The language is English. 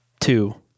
two